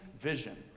vision